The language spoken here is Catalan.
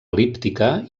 el·líptica